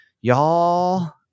Y'all